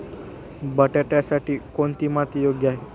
बटाट्यासाठी कोणती माती योग्य आहे?